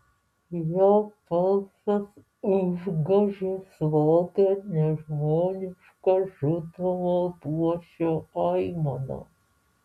jos balsas užgožė slogią nežmonišką žudomo luošio aimaną